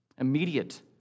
Immediate